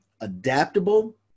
adaptable